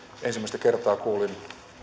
ensimmäistä kertaa kuulin